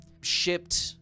shipped